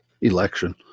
election